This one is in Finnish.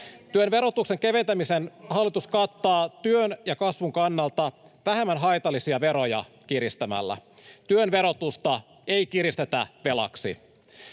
Työn verotuksen keventämisen hallitus kattaa kiristämällä työn ja kasvun kannalta vähemmän haitallisia veroja — työn verotusta ei kevennetä velaksi.